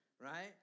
right